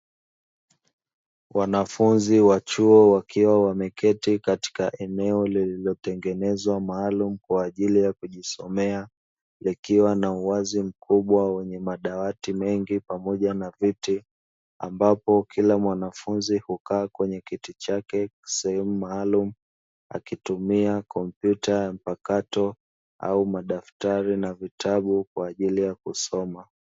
Wanafunzi wa chuo wakiwa wameketi katika eneo lililotengenezwa maalumu kwa ajili ya kujisomea, ikiwa na uwazi mkubwa wenye madawati mengi pamoja na viti ambapo kila mwanafunzi hukaa kwenye kiti chake sehemu maalumu akitumia kompyuta mpakato au daftari na vitabu kwa ajili ya kusoma.